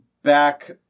Back